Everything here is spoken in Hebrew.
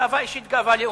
גאווה אישית וגאווה לאומית,